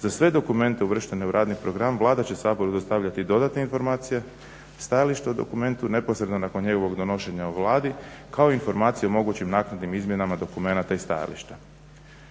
Za sve dokumente uvrštene u radni program Vlada će Saboru dostavljati i dodatne informacije, stajališta u dokumentu neposredno nakon njegovog donošenja u Vladi kao i informacije o mogućim naknadnim izmjenama dokumenata i stajališta.